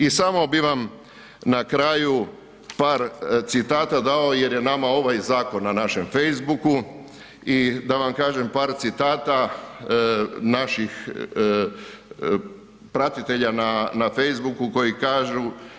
I samo bi vam na kraju par citata dao jer je nama ovaj zakon na našem facebooku i da vam kažem par citata naših pratitelja na facebooku koji kažu.